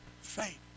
faith